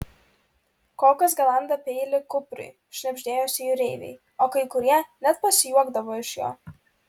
kokas galanda peilį kupriui šnibždėjosi jūreiviai o kai kurie net pasijuokdavo iš jo